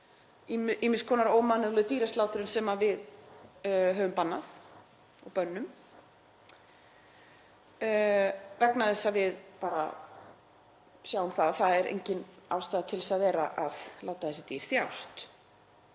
ýmiss konar ómannúðleg dýraslátrun sem við höfum bannað og bönnum vegna þess að við bara sjáum að það er engin ástæða til að vera að láta þessi dýr þjást.